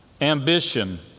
ambition